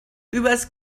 übers